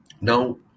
Now